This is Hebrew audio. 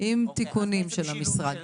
נכון, עם תיקונים של המשרד.